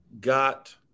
got